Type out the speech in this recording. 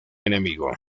enemigo